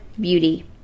beauty